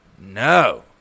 no